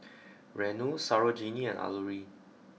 Renu Sarojini and Alluri